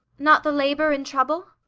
not the labour and trouble?